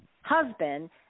husband